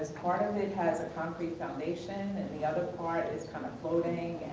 part of it has a concrete foundation and the other part is kind of floating.